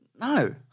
No